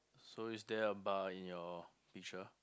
so is there a bar in your picture